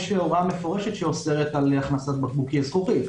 יש הוראה מפורשת שאוסרת על הכנסת בקבוקי זכוכית.